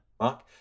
Mark